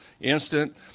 instant